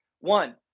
One